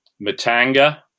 Matanga